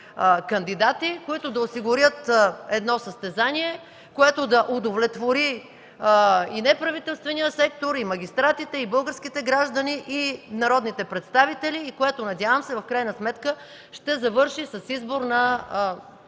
кандидати, които да осигурят едно състезание, което да удовлетвори и неправителствения сектор, и магистратите, и българските граждани, и народните представители, което, надявам се, в крайна сметка ще завърши с избор на